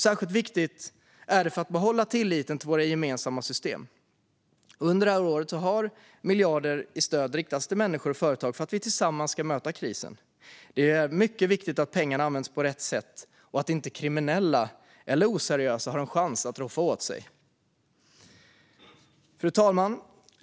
Särskilt viktigt är det för att vi ska behålla tilliten till våra gemensamma system. Under det här året har miljarder i stöd riktats till människor och företag för att vi tillsammans ska möta krisen. Det är mycket viktigt att pengarna används på rätt sätt och att kriminella eller oseriösa inte har en chans att roffa åt sig. Fru talman!